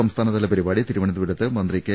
സംസ്ഥാനതല പരിപാടി തിരുവനന്തപുരത്ത് മന്ത്രി കെ